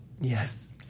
Yes